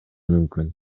мүмкүн